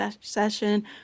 session